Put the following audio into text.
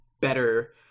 better